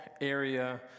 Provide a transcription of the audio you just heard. area